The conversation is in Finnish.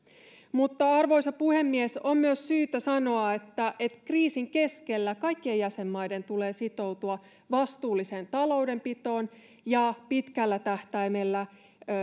mutta arvoisa puhemies on myös syytä sanoa että että kriisin keskellä kaikkien jäsenmaiden tulee sitoutua vastuulliseen taloudenpitoon ja pitkällä tähtäimellä